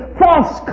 false